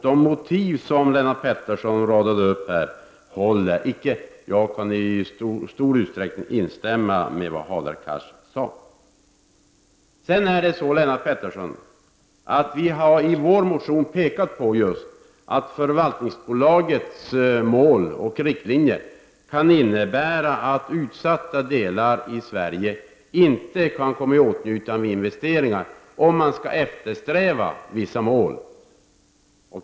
De motiv som Lennart Pettersson radade upp här håller icke. Jag kan i stor utsträckning instämma i det som Hadar Cars sade. I vår motion pekar vi, Lennart Pettersson, på just det faktum att förvaltningsbolagets mål och riktlinjer kan innebära att utsatta delar av Sverige inte kan komma i åtnjutande av investeringar om man skall eftersträva att nå vissa mål.